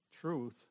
truth